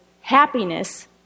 happiness